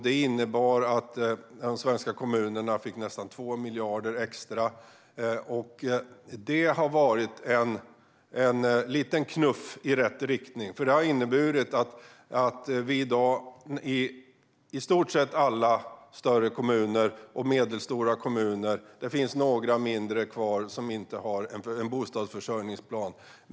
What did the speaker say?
De svenska kommunerna fick nästan 2 miljarder extra. Det har varit en liten knuff i rätt riktning och inneburit att i stort sett alla stora och medelstora kommuner har en bostadsförsörjningsplan i dag. Det finns några mindre kommuner kvar som inte har en bostadsförsörjningsplan.